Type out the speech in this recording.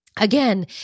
again